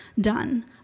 done